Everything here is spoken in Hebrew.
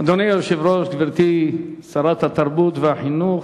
אדוני היושב-ראש, גברתי שרת התרבות והחינוך,